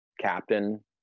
captain